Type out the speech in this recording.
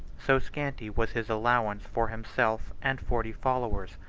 so scanty was his allowance for himself and forty followers,